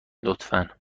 لطفا